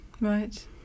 Right